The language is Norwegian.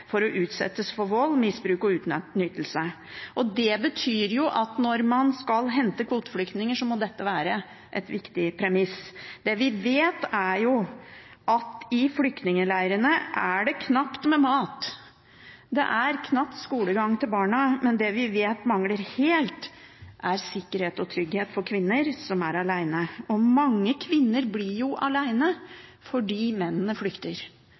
for å utsettes for vold, misbruk og utnyttelse. Det betyr at når man skal hente kvoteflyktninger, må dette være et viktig premiss. Det vi vet, er at i flyktningleirene er det knapt med mat, og at det knapt er skolegang til barna. Men det vi vet mangler helt, er sikkerhet og trygghet for kvinner som er alene. Mange kvinner blir jo alene fordi mennene flykter,